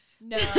No